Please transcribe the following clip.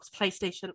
PlayStation